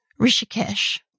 Rishikesh